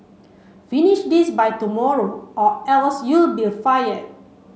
finish this by tomorrow or else you'll be fire